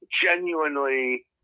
genuinely